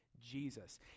Jesus